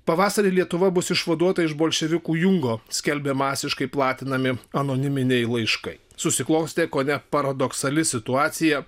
pavasarį lietuva bus išvaduota iš bolševikų jungo skelbia masiškai platinami anoniminiai laiškai susiklostė kone paradoksali situacija